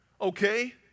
okay